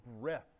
breath